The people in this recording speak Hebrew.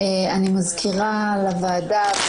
אני מזכירה לוועדה,